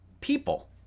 people